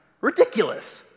Ridiculous